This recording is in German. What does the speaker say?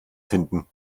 finden